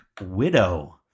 Widow